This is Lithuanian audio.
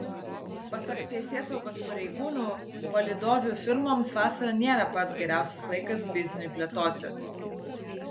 pasak teisėsaugos pareigūnų palydovių firmoms vasara nėra pats geriausias laikas bizniui plėtoti